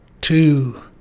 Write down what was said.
two